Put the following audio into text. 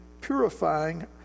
purifying